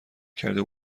کرده